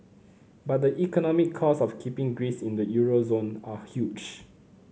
but the economic costs of keeping Greece in the euro zone are huge